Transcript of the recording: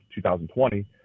2020 –